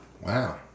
Wow